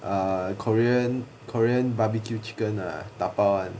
ah korean korean barbecue chicken ah dabao [one]